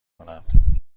کنم